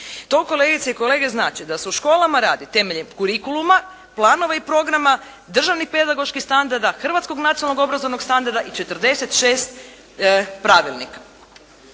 To kolegice i kolege znači da se u školama radi temeljem kurikulima, planove i programa, Državni pedagoških standarda, Hrvatskog nacionalnog obrazovnog standarda i 46 pravilnika.